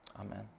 Amen